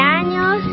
años